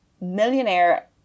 millionaire